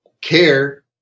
care